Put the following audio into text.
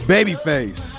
Babyface